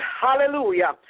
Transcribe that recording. Hallelujah